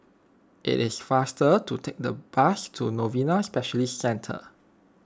it is faster to take the bus to Novena Specialist Centre